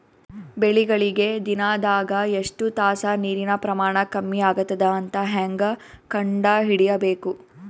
ಬೆಳಿಗಳಿಗೆ ದಿನದಾಗ ಎಷ್ಟು ತಾಸ ನೀರಿನ ಪ್ರಮಾಣ ಕಮ್ಮಿ ಆಗತದ ಅಂತ ಹೇಂಗ ಕಂಡ ಹಿಡಿಯಬೇಕು?